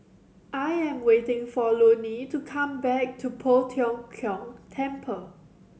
I am waiting for Loney to come back to Poh Tiong Kiong Temple